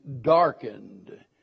darkened